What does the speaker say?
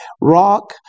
rock